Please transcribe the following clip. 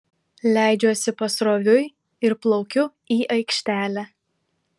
leidžiuosi pasroviui ir plaukiu į aikštelę